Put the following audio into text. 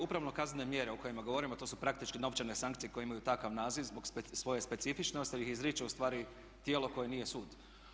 Upravno kazneno djelo o kojima govorimo a to su praktički novčane sankcije koje imaju takav naziv zbog svoje specifičnosti jer ih izriče ustvari tijelo koje nije sud.